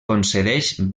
concedeix